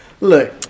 Look